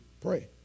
pray